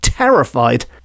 terrified